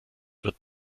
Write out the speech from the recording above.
wird